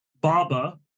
Baba